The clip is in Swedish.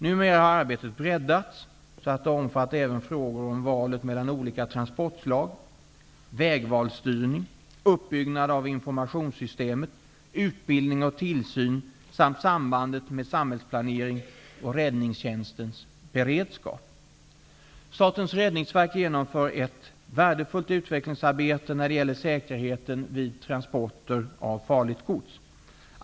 Numera har arbetet breddats, så att det omfattar även frågor om valet mellan olika transportslag, vägvalsstyrning, uppbyggnad av informationssystemet, utbildning och tillsyn samt sambandet med samhällsplanering och räddningstjänstens beredskap. Statens räddningsverk genomför ett värdefullt utvecklingsarbete när det gäller säkerheten vid transporter av farligt gods.